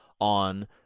on